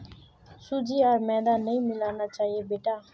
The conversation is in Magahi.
सूजी आर मैदा नई मिलाना चाहिए बेटा